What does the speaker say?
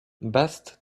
best